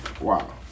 wow